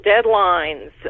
deadlines